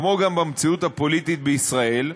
כמו גם במציאות הפוליטית בישראל,